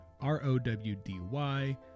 R-O-W-D-Y